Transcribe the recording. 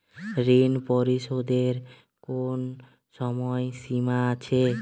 ঋণ পরিশোধের কোনো সময় সীমা আছে?